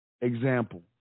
Example